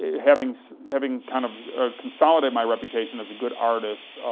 ah having so having kind of consolidated my reputation as a good artist,